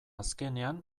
azkenean